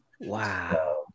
Wow